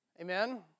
Amen